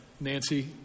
Nancy